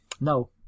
No